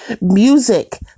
Music